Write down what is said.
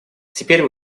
теперь